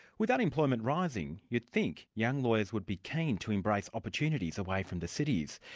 with unemployment rising, you'd think young lawyers would be keen to embrace opportunities away from the cities.